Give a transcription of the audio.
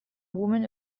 woman